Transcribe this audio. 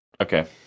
Okay